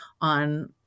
on